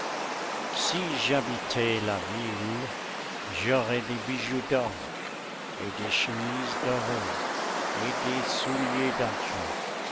si j'habitais la ville j'aurais des bijoux d'or et des chemises dorées et des souliers d'argent